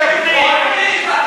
פנים.